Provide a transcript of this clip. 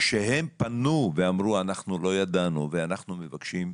כשהם פנו ואמרו שהם לא ידעו והם מבקשים,